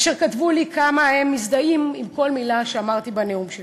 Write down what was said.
והם כתבו לי כמה הם מזדהים עם כל מילה שאמרתי בנאום שלי,